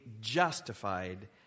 justified